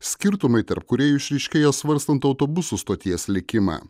skirtumai tarp kūrėjų išryškėjo svarstant autobusų stoties likimą